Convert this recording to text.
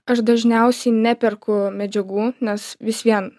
aš dažniausiai neperku medžiagų nes vis vien